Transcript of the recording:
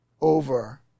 over